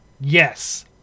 yes